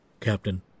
Captain